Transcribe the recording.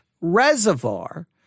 reservoir